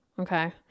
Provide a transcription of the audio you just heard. Okay